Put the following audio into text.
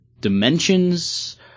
dimensions